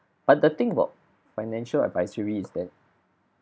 but the thing about financial advisory is that